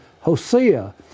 Hosea